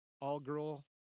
all-girl